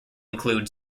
include